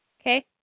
Okay